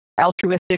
altruistic